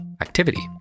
activity